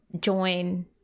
join